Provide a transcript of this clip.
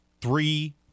Three